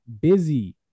busy